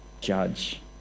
judge